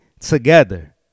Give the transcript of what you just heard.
together